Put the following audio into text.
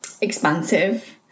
expansive